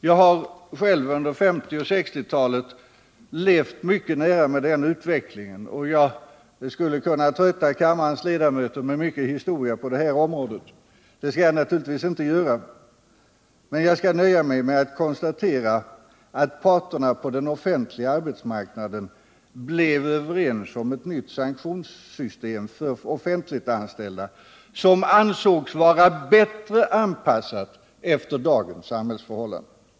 Jag har själv under 1950 och 1960-talen levt mycket nära den utvecklingen, och jag skulle kunna trötta kammarens ledamöter med mycket historia på detta område. Det skall jag naturligtvis inte göra, utan jag skall nöja mig med att konstatera att parterna på den offentliga arbetsmarknaden blev överens om ett nytt sanktionssystem för offentligt anställda som ansågs vara bättre anpassat efter dagens samhällsförhållanden.